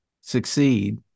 succeed